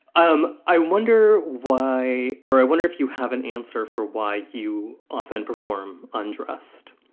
um i wonder why or i wonder if you have an answer for why you often perform undressed